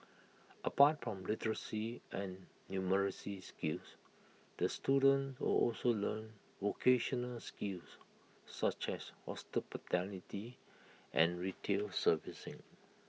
apart from literacy and numeracy skills the student will also learn vocational skills such as and retail servicing